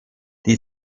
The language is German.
die